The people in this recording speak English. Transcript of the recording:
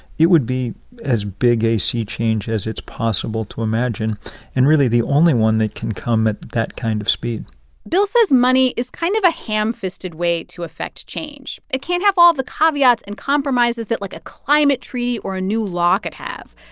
it would be as big a sea change as it's possible to imagine and, really, the only one that can come at that kind of speed bill says money is kind of a ham-fisted way to effect change. it can't have all the caveats and compromises that, like, a climate tree or a new law could have.